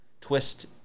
twist